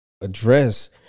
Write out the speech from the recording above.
address